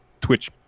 twitch